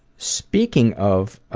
speaking of ah,